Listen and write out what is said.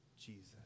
Jesus